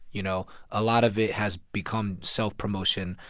you know? a lot of it has become self-promotion,